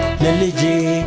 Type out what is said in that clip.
they